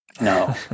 No